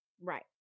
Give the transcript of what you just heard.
Right